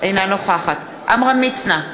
אינה נוכחת עמרם מצנע,